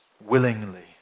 willingly